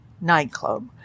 nightclub